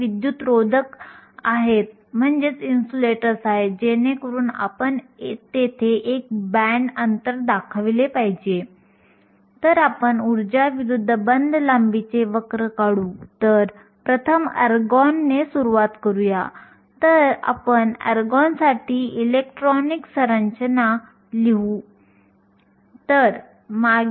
विद्युत् प्रवाह किंवा वाहकता आपण याबद्दल विचार करू इच्छित असल्यास हे आंतरिक अर्धवाहकाच्या बाबतीत दोन घटकांवर अवलंबून असते पहिले म्हणजे उपलब्ध इलेक्ट्रॉन आणि छिद्रांचे प्रमाण